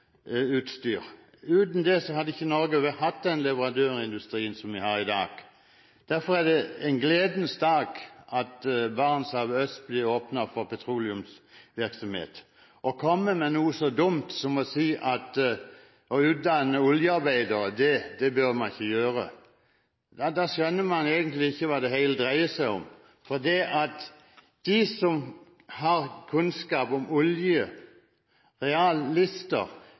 Uten det hadde ikke Norge hatt den leverandørindustrien vi har i dag. Derfor er det en gledens dag at Barentshavet sørøst blir åpnet for petroleumsvirksomhet. Når man kommer med noe så dumt som å si at å utdanne oljearbeidere bør man ikke gjøre, skjønner man egentlig ikke hva det hele dreier seg om. De som har kunnskap om olje,